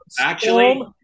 Actually-